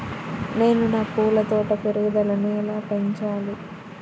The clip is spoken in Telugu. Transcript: నేను నా పూల తోట పెరుగుదలను ఎలా పెంచాలి?